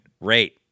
Rate